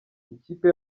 ikipe